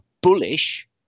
bullish